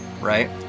right